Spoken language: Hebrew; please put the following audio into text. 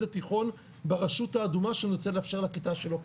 התיכון ברשות האדומה שנרצה לאפשר לכיתה שלו ללמוד.